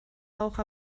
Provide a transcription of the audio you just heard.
auch